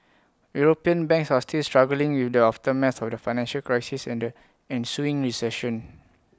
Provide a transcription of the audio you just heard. european banks are still struggling with the aftermath of the financial crisis and the ensuing recession